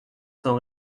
sans